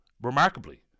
remarkably